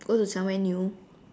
go to somewhere new